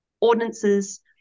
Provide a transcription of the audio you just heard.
ordinances